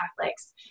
Catholics